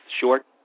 short